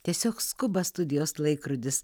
tiesiog skuba studijos laikrodis